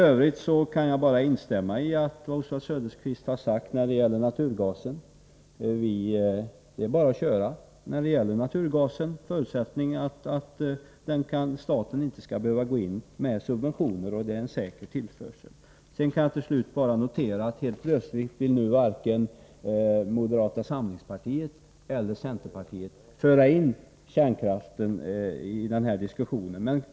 Jag kan vidare bara instämma i vad Oswald Söderqvist har sagt när det gäller naturgasen. Det är bara att köra. Förutsättningen är att staten inte skall behöva gå in med subventioner och att det är en säker tillförsel. Till slut kan noteras att varken moderata samlingspartiet eller centerpartiet nu vill föra in frågan om kärnkraften i den här diskussionen.